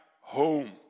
home